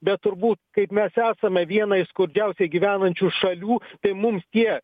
bet turbūt kaip mes esame viena iš skurdžiausiai gyvenančių šalių tai mums tie